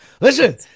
Listen